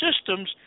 systems